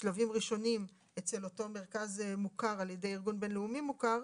שלבים ראשונים אצל אותו מרכז מוכר על ידי ארגון בין-לאומי מוכר,